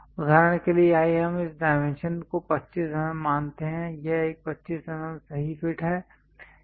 उदाहरण के लिए आइए हम इस डायमेंशन को 25 mm मानते हैं यह एक 25 mm सही फिट है